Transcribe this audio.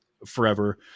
forever